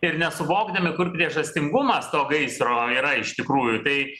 ir nesuvokdami kur priežastingumas to gaisro yra iš tikrųjų tai